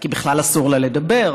כי בכלל אסור לה לדבר,